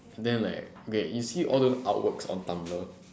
then like okay you see all those artworks on Tumblr